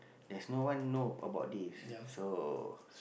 there's no one know about this so